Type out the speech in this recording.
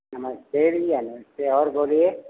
नमस्ते नमस्ते और बोलिए